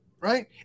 right